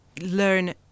learn